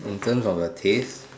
in terms of the taste